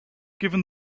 given